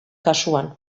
kasuan